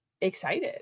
excited